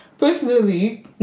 personally